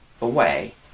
away